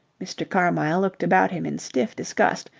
mr. carmyle looked about him in stiff disgust,